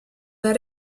dal